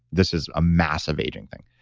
this is a massive aging thing.